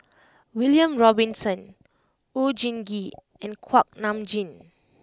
William Robinson Oon Jin Gee and Kuak Nam Jin